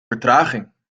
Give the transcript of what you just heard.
vertraging